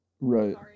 right